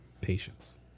patience